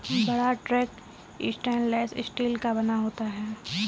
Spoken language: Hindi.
बड़ा टैंक स्टेनलेस स्टील का बना होता है